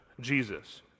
Jesus